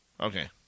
Okay